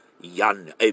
Yan